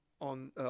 on